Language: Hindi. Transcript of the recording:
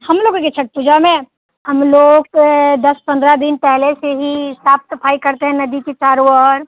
हम लोगों के छठ पूजा में हम लोग दस पंद्रह दिन पहले से ही साफ सफाई करते हैं नदी की चारों ओर